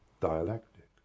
Dialectic